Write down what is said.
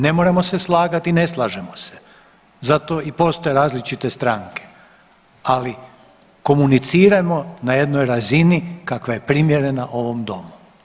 Ne moramo se slagati i ne slažemo se, zato i postoje različite stranke, ali komunicirajmo na jednoj razini kakva je primjerena ovom domu.